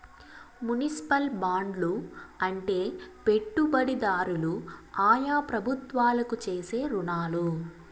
municipal బాండ్లు అంటే పెట్టుబడిదారులు ఆయా ప్రభుత్వాలకు చేసే రుణాలు